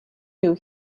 you